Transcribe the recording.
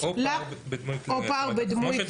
או פער בדמוי כלי הירייה.